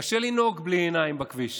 קשה לנהוג בלי עיניים בכביש,